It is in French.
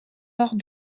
lors